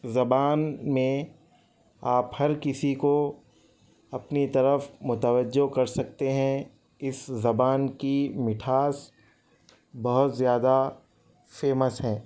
زبان میں آپ ہر کسی کو اپنی طرف متوجہ کر سکتے ہیں اس زبان کی مٹھاس بہت زیادہ فیمس ہیں